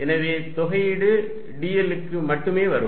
எனவே தொகையீடு dl க்கு மட்டும் வரும்